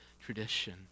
tradition